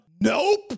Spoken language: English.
Nope